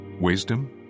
wisdom